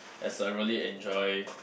as I really enjoy